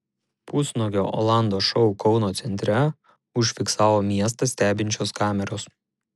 pusnuogio olando šou kauno centre užfiksavo miestą stebinčios kameros